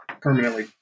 permanently